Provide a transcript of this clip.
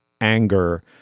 anger